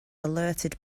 alerted